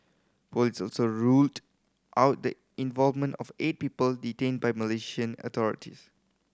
police also ruled out the involvement of eight people detained by the Malaysian authorities